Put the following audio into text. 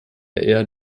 eher